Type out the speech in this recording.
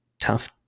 tough